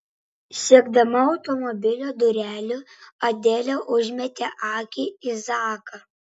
siekdama automobilio durelių adelė užmetė akį į zaką